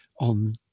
on